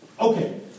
Okay